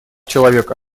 человека